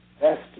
best